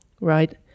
right